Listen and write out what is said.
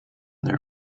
their